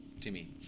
Timmy